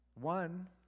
One